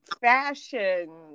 fashion